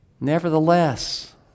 Nevertheless